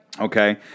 okay